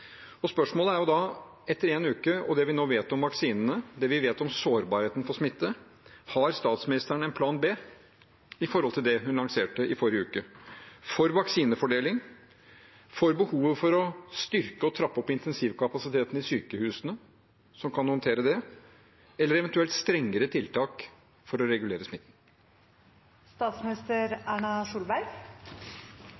Spørsmålet er da, etter én uke og det vi nå vet om vaksinene, det vi vet om sårbarheten for smitte: Har statsministeren en plan B med hensyn til det hun lanserte i forrige uke – for vaksinefordeling, for behovet for å styrke og trappe opp intensivkapasiteten i sykehusene som kan håndtere det, eventuelt strengere tiltak for å regulere